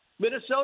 Minnesota